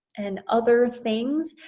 and other things